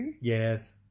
Yes